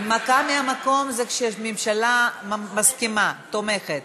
הנמקה מהמקום זה כשהממשלה מסכימה, תומכת.